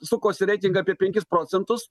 sukosi reitingai apie penkis procentus